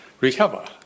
recover